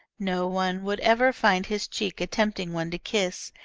no one would ever find his cheek a tempting one to kiss,